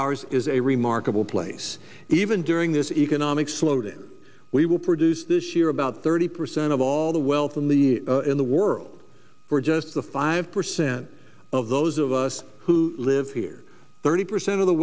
ours is a remarkable place even during this economic slowdown we will produce this year about thirty percent of all the wealth in the in the world or just the five percent of those of us who live here thirty percent of the